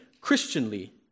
Christianly